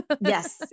Yes